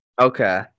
Okay